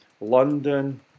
London